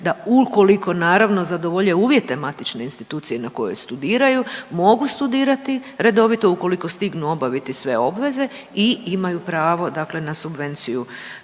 da ukoliko naravno zadovolje uvjete matične institucije na kojoj studiraju mogu studirati redovito ukoliko stignu obaviti sve obveze i imaju pravo dakle na subvenciju